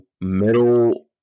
middle